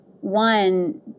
One